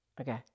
Okay